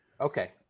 Okay